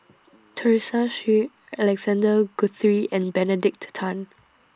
Teresa Hsu Alexander Guthrie and Benedict Tan